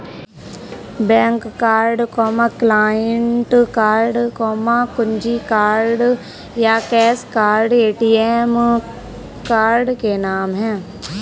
bank card, client card, कुंजी card या cash card ATM card के नाम है